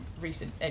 recent